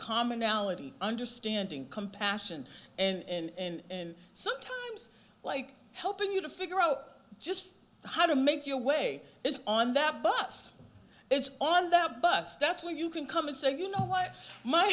commonality understanding compassion and sometimes like helping you to figure out just how to make your way is on that bus it's on that bus that's where you can come and say you know what my